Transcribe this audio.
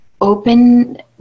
open